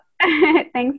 Thanks